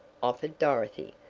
offered dorothy,